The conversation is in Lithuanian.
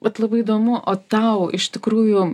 vat labai įdomu o tau iš tikrųjų